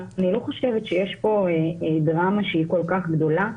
אני לא חושבת שיש פה דרמה שהיא כל כך גדולה,